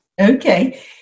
Okay